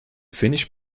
finished